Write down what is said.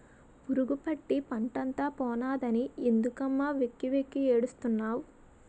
పురుగుపట్టి పంటంతా పోనాదని ఎందుకమ్మ వెక్కి వెక్కి ఏడుస్తున్నావ్